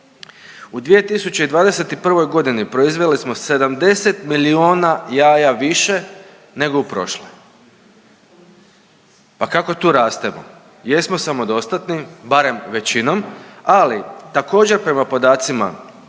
u 2021. godini proizveli smo 70 milijona jaja više nego u prošle. Pa kako tu rastemo? Jesmo samodostatni barem većinom, ali također prema podacima